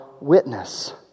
witness